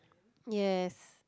yes